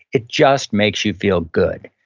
it just makes you feel good.